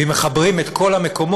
ואם מחברים את כל המקומות,